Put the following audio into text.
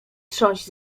trząść